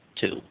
two